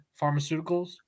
Pharmaceuticals